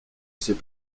sais